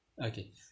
okay